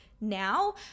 now